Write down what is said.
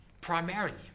primarily